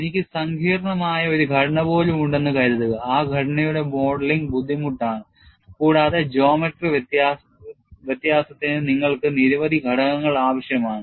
എനിക്ക് സങ്കീർണ്ണമായ ഒരു ഘടന പോലും ഉണ്ടെന്ന് കരുതുക ആ ഘടനയുടെ മോഡലിംഗ് ബുദ്ധിമുട്ടാണ് കൂടാതെ geometry വ്യത്യാസത്തിന് നിങ്ങൾക്ക് നിരവധി ഘടകങ്ങൾ ആവശ്യമാണ്